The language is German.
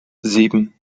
sieben